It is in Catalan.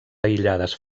aïllades